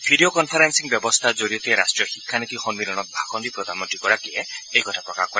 video conferencing ব্যৱস্থাৰ জৰিয়তে ৰাষ্টীয় শিক্ষা নীতি সন্মিলনত ভাষণ দি প্ৰধানমন্ত্ৰীগৰাকীয়ে এই কথা প্ৰকাশ কৰে